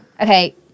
okay